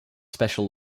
special